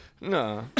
No